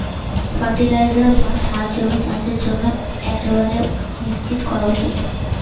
fertiliser বা সার জমির চাষের জন্য একেবারে নিশ্চই করা উচিত